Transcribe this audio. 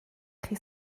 chi